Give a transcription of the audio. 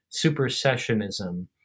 supersessionism